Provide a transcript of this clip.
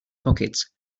pockets